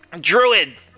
Druid